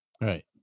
Right